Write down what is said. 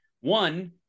One